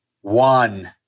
one